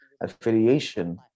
affiliation